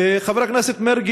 חבר הכנסת מרגי,